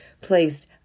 placed